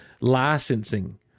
licensing